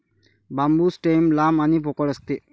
बांबू stem लांब आणि पोकळ असते